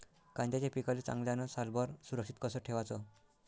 कांद्याच्या पिकाले चांगल्यानं सालभर सुरक्षित कस ठेवाचं?